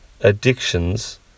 addictions